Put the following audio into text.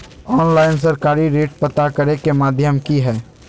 Online सरकारी rate पता करे के माध्यम की हय?